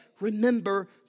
remember